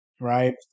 Right